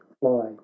fly